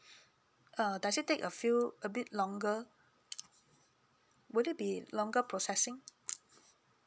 uh does it take a few a bit longer would it be longer processing